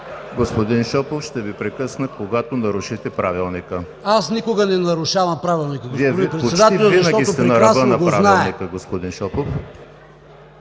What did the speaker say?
Господин Шопов, ще Ви прекъсна, когато нарушите Правилника. ПАВЕЛ ШОПОВ: Аз никога не нарушавам Правилника, господин Председател, защото прекрасно го зная.